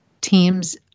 teams